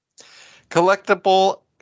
Collectible